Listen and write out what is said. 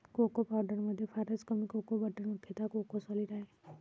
cocoa पावडरमध्ये फारच कमी कोको बटर मुख्यतः कोको सॉलिड आहे